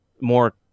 more